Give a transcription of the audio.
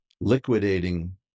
liquidating